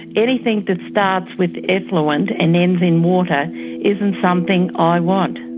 anything that starts with effluent and ends in water isn't something i want.